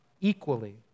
equally